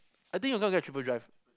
I think I'm gonna get triple drive